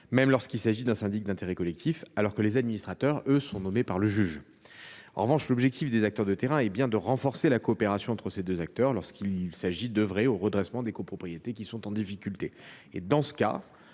même lorsqu’il s’agit d’un syndic d’intérêt collectif, alors que les administrateurs judiciaires, eux, sont nommés par le juge. En revanche, l’objectif des acteurs de terrain est bien de renforcer la coopération entre ces deux acteurs lorsqu’il s’agit d’œuvrer au redressement des copropriétés qui sont en difficulté. Dans ce cas,